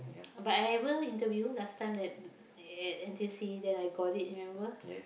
but I ever interview last time at at N_T_U_C then I got it remember